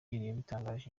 yabitangarije